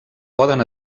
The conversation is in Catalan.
poden